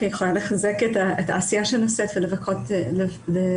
אני רק יכולה לחזק את העשייה שנעשית ולזרז אותם.